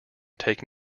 take